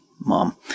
mom